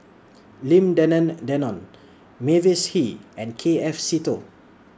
Lim Denan Denon Mavis Hee and K F Seetoh